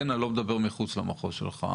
אני לא מדבר על מחוץ למחוז שלך,